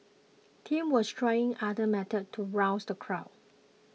Tim was trying other methods to rouse the crowd